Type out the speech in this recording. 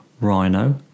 rhino